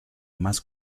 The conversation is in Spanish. más